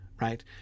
right